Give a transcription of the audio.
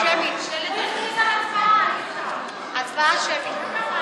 הצבעה שמית.